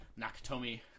nakatomi